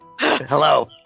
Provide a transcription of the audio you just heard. Hello